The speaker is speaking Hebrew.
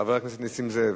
חבר הכנסת נסים זאב,